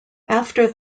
after